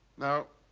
now.